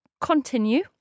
continue